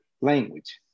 language